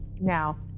Now